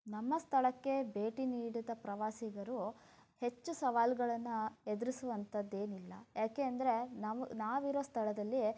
ನಮ್ಮ ಸ್ಥಳಕ್ಕೆ ಭೇಟಿ ನೀಡಿದ ಪ್ರವಾಸಿಗರು ಹೆಚ್ಚು ಸವಾಲುಗಳನ್ನ ಎದ್ರಿಸುವಂಥದ್ದು ಏನಿಲ್ಲ ಯಾಕೆ ಅಂದರೆ ನಾವು ನಾವು ಇರೋ ಸ್ಥಳದಲ್ಲಿ